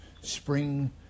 Spring